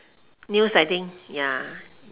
news I think ya